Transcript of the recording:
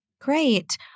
Great